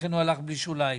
לכן הוא הלך בלי שוליים.